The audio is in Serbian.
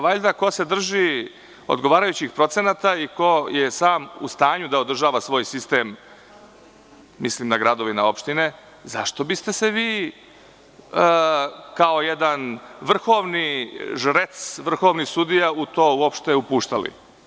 Valjda ko se drži procenata i ko je sam u stanju da održava svoj sistem, mislim na gradove i opštine, zašto biste se vi kao jedan vrhovni sudija u to uopšte upuštali?